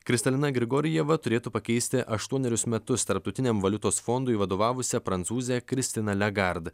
kristalina grigorjeva turėtų pakeisti aštuonerius metus tarptautiniam valiutos fondui vadovavusią prancūzę kristiną legarda